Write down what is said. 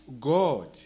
God